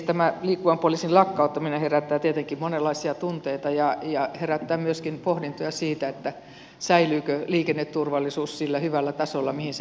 tämä liikkuvan poliisin lakkauttaminen herättää tietenkin monenlaisia tunteita ja herättää myöskin pohdintoja siitä säilyykö liikenneturvallisuus sillä hyvällä tasolla mihin se nyt on saatu